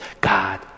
God